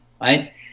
right